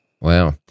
Wow